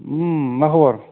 उम मा खबर